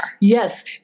Yes